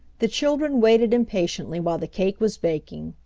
the children waited impatiently while the cake was baking.